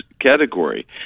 category